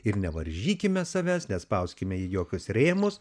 ir nevaržykime savęs nespauskime į jokius rėmus